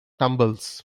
tumbles